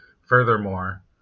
Furthermore